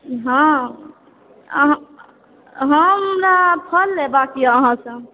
हँ अहाँ हमरा फल लेबाके यऽ अहाँ से